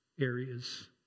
areas